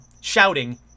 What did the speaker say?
shouting